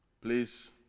Please